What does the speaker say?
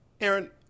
Aaron